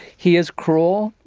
he is cruel.